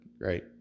right